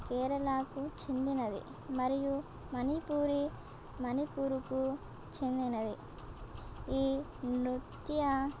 కేరళకు చెందినది మరియు మణిపూరి మణిపూరుకు చెందినది ఈ నృత్య